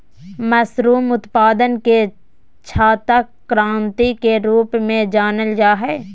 mushroom उत्पादन के छाता क्रान्ति के रूप में जानल जाय हइ